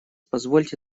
позвольте